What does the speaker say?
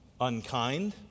unkind